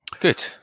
Good